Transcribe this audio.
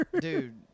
Dude